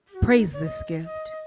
praise this gift.